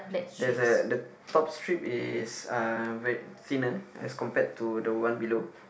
there's a the top strip is uh wait thinner as compared to the one below